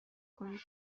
کنید